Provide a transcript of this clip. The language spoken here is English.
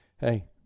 hey